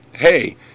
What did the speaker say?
hey